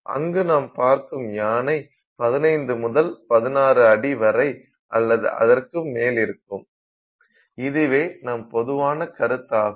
அங்கு நாம் பார்க்கும் யானை 15 முதல் 16 அடி வரை அல்லது அதற்கும் மேல் இருக்கும் இதுவே நம் பொதுவான கருத்தாகும்